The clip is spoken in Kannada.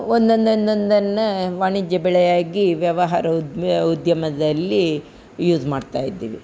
ಒಂದೊಂದು ಒಂದೊಂದನ್ನೇ ವಾಣಿಜ್ಯ ಬೆಳೆಯಾಗಿ ವ್ಯವಹಾರ ಉದ್ಮ್ಯ ಉದ್ಯಮದಲ್ಲಿ ಯೂಸ್ ಮಾಡ್ತಾ ಇದ್ದೀವಿ